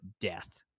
death